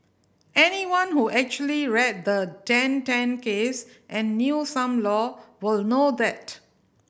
anyone who actually read the Dan Tan case and knew some law will know that